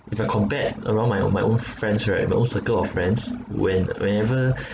if I compare around my own my own friends right my own circle of friends when whenever